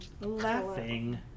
laughing